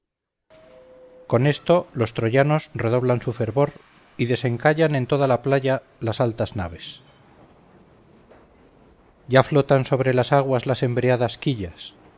con esto los troyanos redoblan su fervor y desencallan en toda la playa las altas naves ya flotan sobre las aguas las embreadas quillas